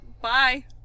Bye